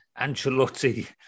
Ancelotti